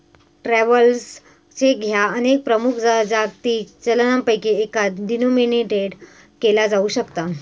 travellers cheque ह्या अनेक प्रमुख जागतिक चलनांपैकी एकात डिनोमिनेटेड केला जाऊ शकता